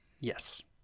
Yes